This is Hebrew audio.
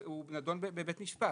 הוא נדון בבית משפט.